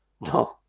No